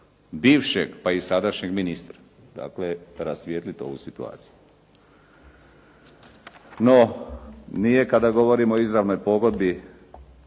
bivšeg, pa i sadašnjeg ministra, dakle rasvijetlit ovu situaciju. No, nije kada govorimo o izravnoj pogodbi